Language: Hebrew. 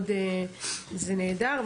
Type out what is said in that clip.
זה נהדר.